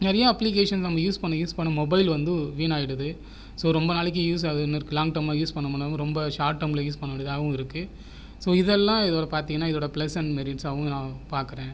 நிறையா அப்ளிகேஷன் நம்ம யூஸ் பண்ண யூஸ் பண்ண மொபைல் வந்து வீணாகிடுது ஸோ ரொம்ப நாளைக்கு யூஸ் ஆகுதுனு இருக்கலாம் லாங்க் டெர்மாக யூஸ் பண்ணணும்னால் ரொம்ப சார்ட் டெர்மில் யூஸ் பண்ண வேண்டியதாக இருக்குது ஸோ இதை எல்லாம் இதோடு பார்த்தீங்கனா இதோடு ப்ளஸ் அண்ட் மைனஸ்ஸாகவும் நான் பார்க்குறேன்